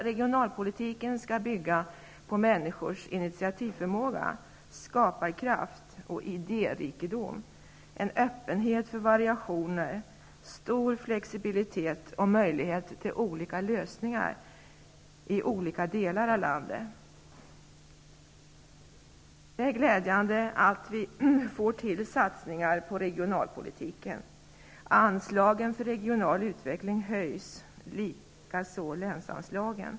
Regionalpolitiken skall bygga på människors initiativförmåga, skaparkraft och idérikedom, en öppenhet för variationer, stor flexibilitet och möjlighet till olika lösningar i olika delar av landet. Det är glädjande att vi nu får till stånd satsningar på regionalpolitiken. Anslagen till regional utveckling höjs, likaså länsanslagen.